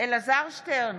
אלעזר שטרן,